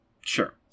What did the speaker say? Sure